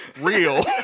real